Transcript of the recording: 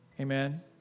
Amen